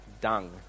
dung